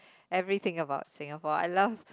everything about Singapore I love